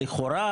לכאורה,